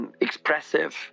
expressive